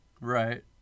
right